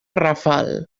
rafal